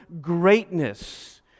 greatness